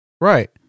Right